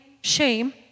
shame